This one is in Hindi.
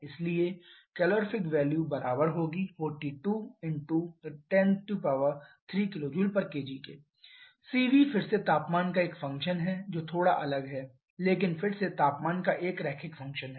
इसलिए CV 42 × 103 kJkg CV फिर से तापमान का एक फंक्शन है जो थोड़ा अलग है लेकिन फिर से तापमान का एक रैखिक फंक्शन है